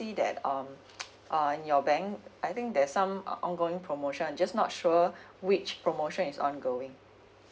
see that um uh in your bank I think there's some uh ongoing promotion just not sure which promotion is ongoing